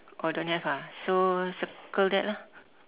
oh don't have ah so circle that lah